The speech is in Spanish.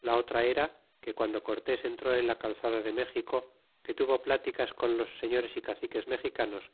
la otra era que guando cortés entró en la calzada de méxico que tuvo pláticas con los señores y caciques mexicanos